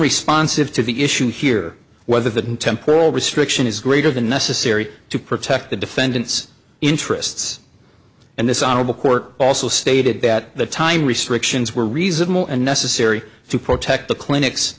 responsive to the issue here whether the temporal restriction is greater than necessary to protect the defendant's interests and this honorable court also stated that the time restrictions were reasonable and necessary to protect the clinic